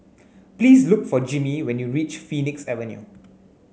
please look for Jimmy when you reach Phoenix Avenue